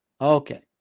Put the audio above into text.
Okay